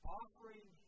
offering